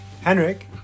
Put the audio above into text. Henrik